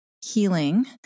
healing